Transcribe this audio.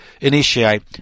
initiate